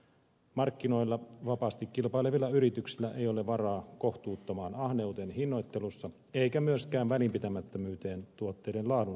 markkinoilla vapaasti kilpailevilla yrityksillä ei ole varaa kohtuuttomaan ahneuteen hinnoittelussa eikä myöskään välinpitämättömyyteen tuotteiden laadun suhteen